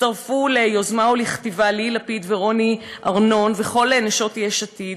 הצטרפו ליוזמה ולכתיבה ליהיא לפיד ורוני ארנון וכל נשות יש עתיד.